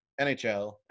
NHL